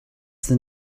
than